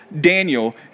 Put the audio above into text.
Daniel